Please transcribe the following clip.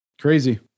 Crazy